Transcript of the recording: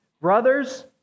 Brothers